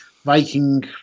Viking